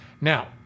Now